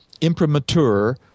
imprimatur